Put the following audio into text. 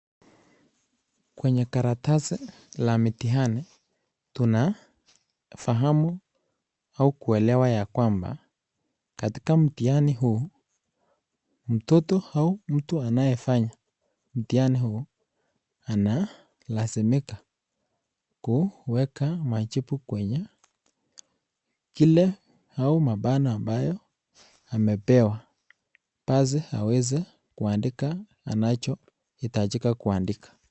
Kwenye karatasi la mitihani tunafahamu au kuelewa ya kwamba katika mtihani huu mtoto au mtu anayefanya mtihani huu analazimika kuweka majibu kwenye kile au mabano ambayo amepewa kazi aweze kuandika achohitajika kuandika.